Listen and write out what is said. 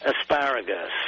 asparagus